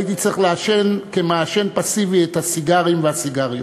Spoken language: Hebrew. הייתי צריך לעשן כמעשן פסיבי את הסיגריות והסיגרים.